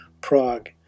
Prague